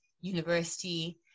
university